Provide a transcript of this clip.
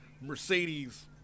Mercedes